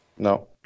No